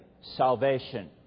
salvation